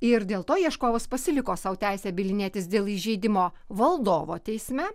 ir dėl to ieškovas pasiliko sau teisę bylinėtis dėl įžeidimo valdovo teisme